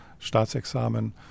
Staatsexamen